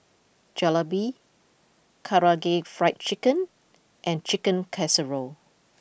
Jalebi Karaage Fried Chicken and Chicken Casserole